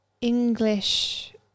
English